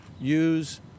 use